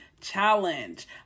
challenge